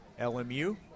LMU